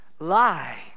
lie